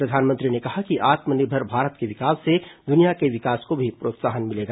प्रधानमंत्री ने कहा कि आत्मनिर्भर भारत के विकास से दुनिया के विकास को भी प्रोत्साहन मिलेगा